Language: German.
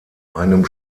einem